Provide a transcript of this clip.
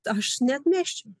aš neatmesčiau